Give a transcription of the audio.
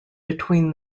between